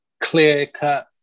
clear-cut